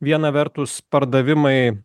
viena vertus pardavimai